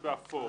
באפור.